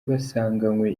basanganywe